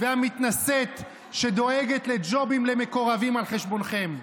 והמתנשאת שדואגת לג'ובים למקורבים על חשבונכם.